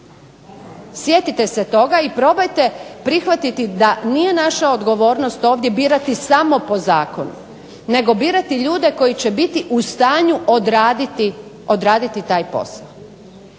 Sjetite se toga i probajte prihvatiti da nije naša odgovornost ovdje birati samo po zakonu, nego birati ljude koji će biti u stanju odraditi taj posao.